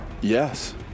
Yes